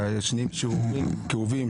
והאחרים כאובים,